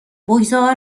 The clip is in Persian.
بگذار